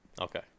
Okay